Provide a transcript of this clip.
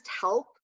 help